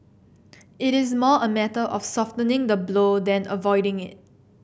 it is more a matter of softening the blow than avoiding it